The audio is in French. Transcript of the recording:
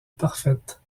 parfaite